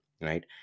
right